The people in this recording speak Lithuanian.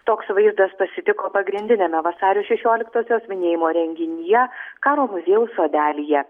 toks vaizdas pasitiko pagrindiniame vasario šešioliktosios minėjimo renginyje karo muziejaus sodelyje